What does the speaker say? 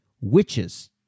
witches